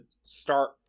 start